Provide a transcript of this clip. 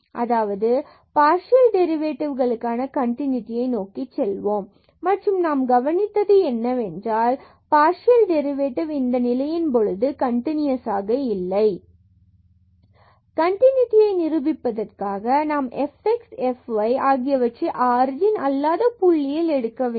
அதாவது நாம் பார்சியல் டெரிவேட்டிவ்களுக்கான கண்டினுடியை நோக்கி செல்வோம் மற்றும் நாம் கவனித்தது என்னவென்றால் பார்சியல் டெரிவேட்டிவ் இந்த நிலையின் போது கண்டினுயசாக இல்லை கண்டினூடியைப் நிரூபிப்பதற்காக நாம் fx and fy இவற்றை ஆர்ஜின் அல்லாத புள்ளியில் எடுக்க வேண்டும்